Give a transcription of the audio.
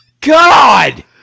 God